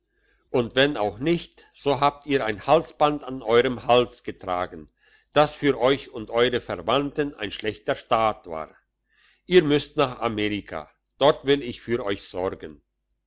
und wenn auch nicht so habt ihr ein halsband an eurem hals getragen das für euch und eure verwandten ein schlechter staat war ihr müsst nach amerika dort will ich für euch sorgen